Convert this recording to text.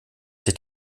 sich